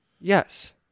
Yes